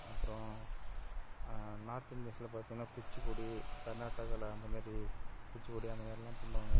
அப்புறம் நார்த் இந்தியன்ஸில் பார்த்திங்கனா குச்சுப்புடி கர்நாட்டகாவில் அந்த மாரி குச்சுப்புடி அந்த மாரிலாம் பண்ணுவாங்க